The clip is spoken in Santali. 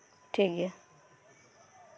ᱴᱷᱤᱠ ᱜᱮᱭᱟ